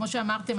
כמו שאמרתם,